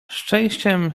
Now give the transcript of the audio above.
szczęściem